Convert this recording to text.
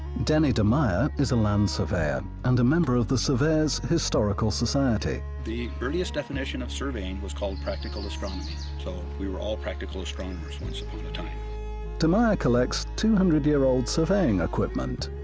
denny demeyer is a land surveyor and a member of the surveyor's historical society. the earliest definition of surveying was called practical astronomy, so we were all practical astronomers once upon a time demeyer collects two hundred year old surveying equipment.